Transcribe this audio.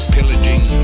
pillaging